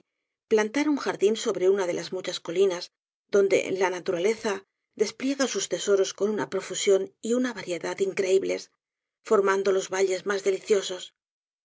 plantar un jardin sobre una de las muchas colinas donde la naturaleza despliega sus tesoros con una profusion y una variedad increíbles formando los valles mas deliciosos